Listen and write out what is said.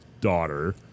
daughter